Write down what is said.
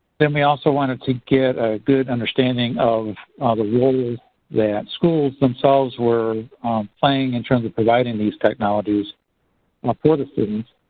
then we also wanted to get a good understanding of the role that schools themselves were playing in terms of providing these technologies for the students.